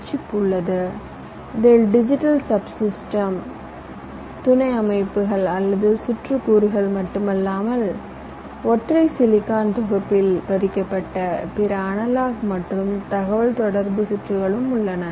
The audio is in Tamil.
ஐ சிப் உள்ளது இதில் டிஜிட்டல் சப்சிஸ்டம் துணை அமைப்புகள் அல்லது சுற்று கூறுகள் மட்டுமல்லாமல் ஒற்றை சிலிக்கான் தொகுப்பில் பதிக்கப்பட்ட பிற அனலாக் மற்றும் தகவல் தொடர்பு சுற்றுகளும் உள்ளன